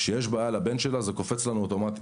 שיש בעיה לבן שלה, זה קופץ לנו אוטומטית.